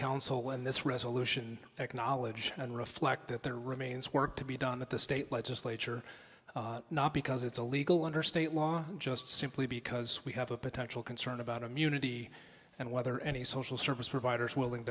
council when this resolution acknowledge and reflect that there remains work to be done at the state legislature not because it's illegal under state law just simply because we have a potential concern about immunity and whether any social service providers willing